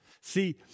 See